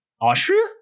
Austria